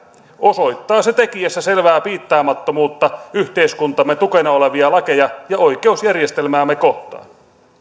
osoittaa se tekijässä selvää piittaamattomuutta yhteiskuntamme tukena olevia lakeja ja oikeusjärjestelmäämme kohtaan